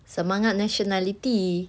semangat nationality